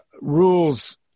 rules